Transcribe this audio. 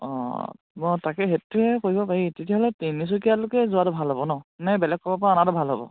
অঁ মই তাকে সেইটোৱয়ে কৰিব পাৰি তেতিয়াহ'লে তিনিচুকীয়ালৈকে যোৱাটো ভাল হ'ব ন নে বেলেগ কোৰোবাৰ পৰা অনাটো ভাল হ'ব